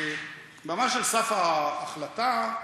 ממש על סף ההחלטה,